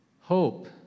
Hope